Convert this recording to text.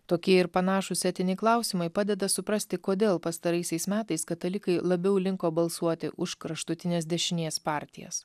tokie ir panašūs etiniai klausimai padeda suprasti kodėl pastaraisiais metais katalikai labiau linko balsuoti už kraštutinės dešinės partijas